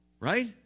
right